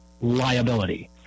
liability